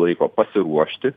laiko pasiruošti